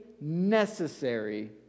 necessary